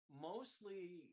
mostly